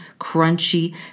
crunchy